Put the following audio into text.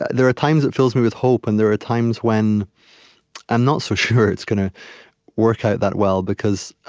there are times it fills me with hope, and there are times when i'm not so sure it's going to work out that well, because